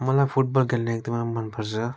मलाई फुटबल खेल्न एकदमै मन पर्छ